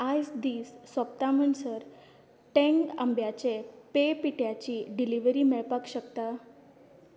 आयज दीस सोंपता म्हणसर टँग आंब्याचे पेय पिठ्याची डिलिव्हरी मेळपाक शकता